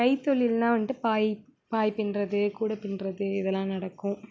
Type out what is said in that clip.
கை தொழில்லாம் வந்துட்டு பாய் பாய் பின்னுறது கூடை பின்னுறது இதெல்லாம் நடக்கும்